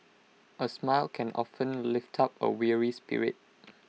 A smile can often lift up A weary spirit